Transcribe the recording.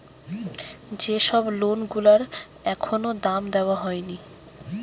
যে সব লোন গুলার এখনো দাম দেওয়া হয়নি